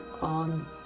on